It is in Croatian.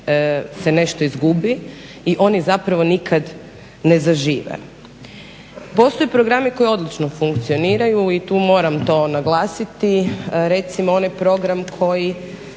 se nešto izgubi i oni zapravo nikad ne zažive. Postoje programi koji odlično funkcioniraju i tu moram to naglasiti, recimo onaj program koji